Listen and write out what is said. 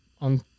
on